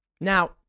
Now